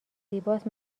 زیباست